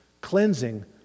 cleansing